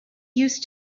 used